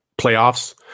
playoffs